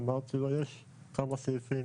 ואמרתי לו שיש כמה סעיפים